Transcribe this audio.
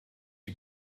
die